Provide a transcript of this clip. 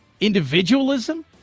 individualism